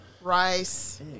rice